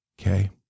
Okay